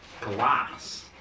Glass